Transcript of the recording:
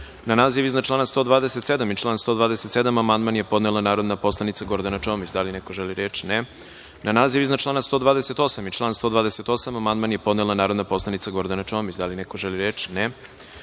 naziv iznad člana 127. i član 127. amandman je podnela narodna poslanica Gordana Čomić. Da li neko želi reč? (Ne.)Na naziv iznad člana 128. i član 128. amandman je podnela narodna poslanica Gordana Čomić. Da li neko želi reč?